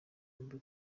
yombi